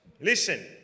listen